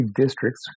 districts